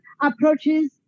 approaches